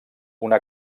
una